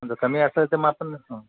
जर कमी असेल ते मग आपण हं